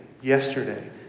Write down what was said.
yesterday